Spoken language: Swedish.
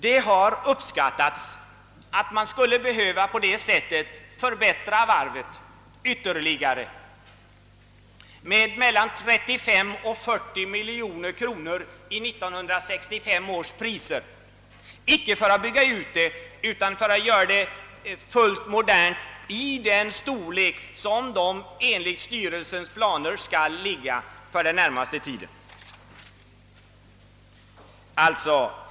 Det har beräknats att man på det sättet skulle behöva förbättra varvet yt terligare med mellan 35 och 40 miljoner kronor i 1965 års priser, inte för att bygga ut det utan för att göra det fullt modernt i den storlek som varvet enligt styrelsens planer skulle ligga i för den närmaste tiden.